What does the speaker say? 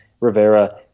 Rivera